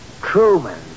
Truman